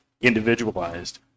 individualized